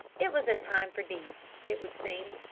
it was a time for deeds, it would seem,